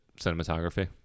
cinematography